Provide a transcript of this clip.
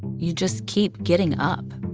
you just keep getting up